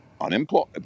unemployed